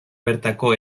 bertako